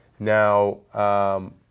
Now